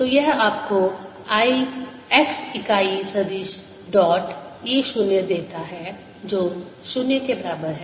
तो यह आपको i x इकाई सदिश डॉट E 0 देता है जो 0 के बराबर है